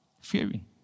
fearing